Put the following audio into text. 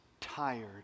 tired